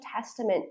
testament